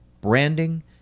branding